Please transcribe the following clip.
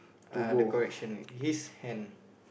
uh the correction his hand